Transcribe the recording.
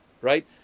right